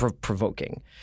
provoking